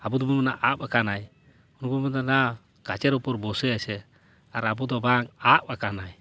ᱟᱵᱚ ᱫᱚᱵᱚᱱ ᱢᱮᱱᱟ ᱟᱵ ᱟᱠᱟᱱᱟᱭ ᱩᱱᱠᱩ ᱠᱚ ᱢᱮᱱᱫᱟ ᱱᱟ ᱜᱟᱪᱷᱮᱨ ᱩᱯᱚᱨ ᱵᱳᱥᱮ ᱟᱪᱷᱮ ᱟᱨ ᱟᱵᱚ ᱫᱚ ᱵᱟᱝ ᱟᱵ ᱟᱠᱟᱱᱟᱭ